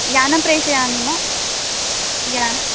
यानं प्रेषयामि मा यानं